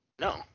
No